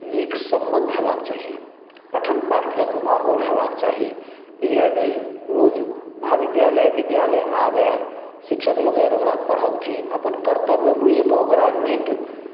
नीक सम्बन्ध हेबाक चहियनि पठन पाठनक माहौल हेबाक चाही विद्यार्थी रोज महाविद्यालय विद्यालय आबै शिक्षक लोकनि ओकरा पढ़ौथिन अपन कर्तव्य बुझिकऽ ओकरा नीक